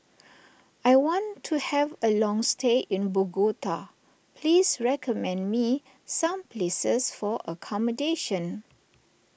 I want to have a long stay in Bogota please recommend me some places for accommodation